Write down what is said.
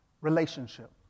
relationship